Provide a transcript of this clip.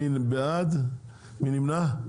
מי בעד?, מי נמנע.